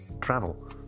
travel